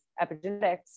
epigenetics